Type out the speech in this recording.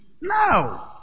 No